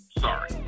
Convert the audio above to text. Sorry